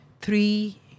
Three